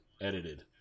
edited